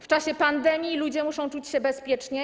W czasie pandemii ludzie muszą czuć się bezpiecznie.